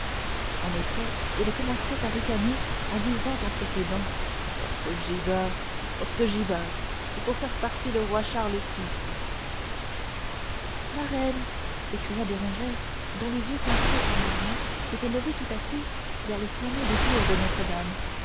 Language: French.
en effet il commençait à ricaner en disant entre ses dents porte gibard porte gibard c'est pour faire passer le roi charles vi marraine s'écria bérangère dont les yeux sans cesse en mouvement s'étaient levés tout à coup vers le sommet des tours de notre-dame